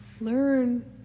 learn